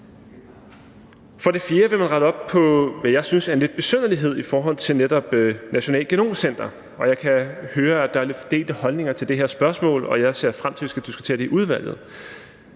For det fjerde vil man rette op på, hvad jeg synes er lidt en besynderlighed i forhold til netop Nationalt Genom Center. Jeg kan høre, at der er lidt delte holdninger til det her spørgsmål, og jeg ser frem til, at vi skal diskutere det i udvalget.